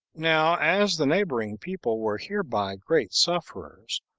now as the neighboring people were hereby great sufferers,